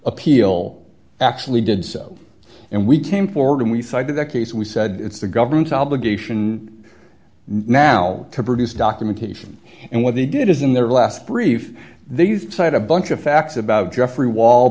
appeal actually did so and we came forward and we cited that case we said it's the government's obligation nalle to produce documentation and what they did is in their last brief these side a bunch of facts about jeffrey wall